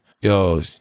yo